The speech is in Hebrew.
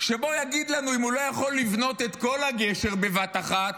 אם הוא לא יכול לבנות את כל הגשר בבת אחת,